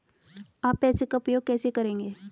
आप पैसे का उपयोग कैसे करेंगे?